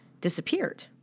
disappeared